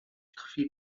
krwi